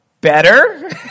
better